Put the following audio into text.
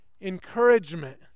encouragement